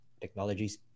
technologies